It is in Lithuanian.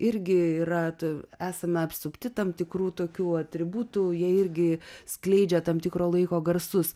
irgi ratui esame apsupti tam tikrų tokių atributų jie irgi skleidžia tam tikro laiko garsus